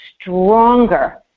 stronger